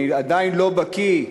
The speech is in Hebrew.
אני עדיין לא בקי,